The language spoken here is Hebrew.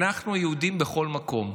אנחנו היהודים בכל מקום,